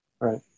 Right